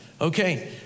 okay